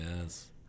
Yes